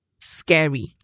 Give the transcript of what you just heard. scary